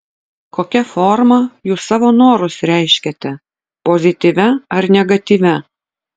kokia forma jūs savo norus reiškiate pozityvia ar negatyvia